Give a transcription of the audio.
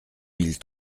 mille